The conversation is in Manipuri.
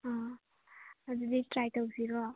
ꯑꯥ ꯑꯗꯨꯗꯤ ꯇ꯭ꯔꯥꯏ ꯇꯧꯁꯤꯔꯣ